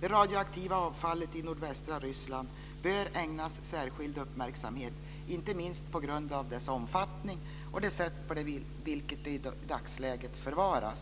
Det radioaktiva avfallet i nordvästra Ryssland bör ägnas särskild uppmärksamhet, inte minst på grund av dess omfattning och det sätt på vilket det i dagsläget förvaras.